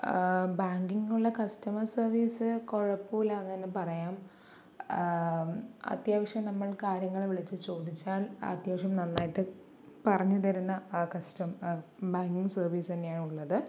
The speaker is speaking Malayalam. ബാങ്കിൽ നിന്നുള്ള കസ്റ്റമർ സർവ്വീസ് കുഴപ്പമില്ല എന്നുതന്നെ പറയാം അത്യാവശ്യം നമ്മൾ കാര്യങ്ങൾ വിളിച്ച് ചോദിച്ചാൽ അത്യാവശ്യം നന്നായിട്ട് പറഞ്ഞു തരുന്ന ബാങ്കിങ്ങ് സർവ്വീസ് തന്നെയാണ് ഉള്ളത്